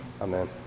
Amen